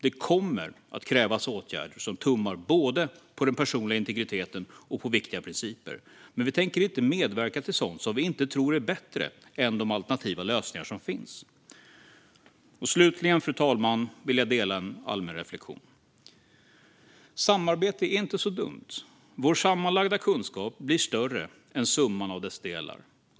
Det kommer att krävas åtgärder som tummar på både den personliga integriteten och viktiga principer. Men vi tänker inte medverka till sådant vi inte tror är bättre än de alternativa lösningar som finns. Slutligen, fru talman, vill jag dela en allmän reflektion. Samarbete är inte så dumt. Vår sammanlagda kunskap blir större än summan av dess delar.